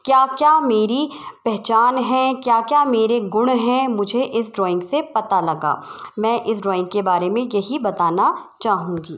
क्या क्या मेरी पहचान है क्या क्या मेरे गुण हैं मुझे इस ड्राइंग से पता लगा मैं इस ड्राइंग के बारे में यही बताना चाहूँगी